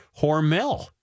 Hormel